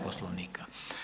Poslovnika.